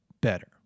Better